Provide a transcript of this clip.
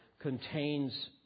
contains